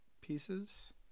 pieces